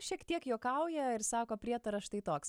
šiek tiek juokauja ir sako prietaras štai toks